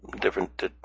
different